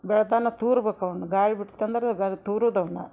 ಬೆಳ್ತಾನ ತೂರ್ಬೇಕು ಅವ್ನ ಗಾಳಿ ಬಿಡ್ತಂದ್ರ ಗರ್ ತೂರೂದು ಅವ್ನ